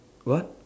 what